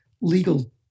legal